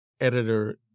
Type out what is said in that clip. editor